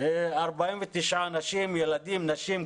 49 אנשים ילדים נשים,